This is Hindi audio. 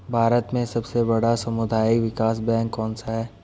भारत में सबसे बड़ा सामुदायिक विकास बैंक कौनसा है?